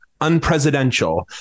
unpresidential